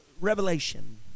Revelation